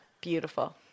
beautiful